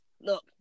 look